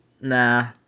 Nah